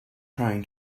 trying